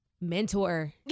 mentor